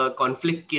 conflict